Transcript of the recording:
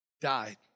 died